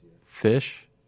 Fish